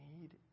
need